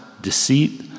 deceit